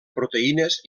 proteïnes